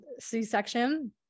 C-section